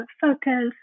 focus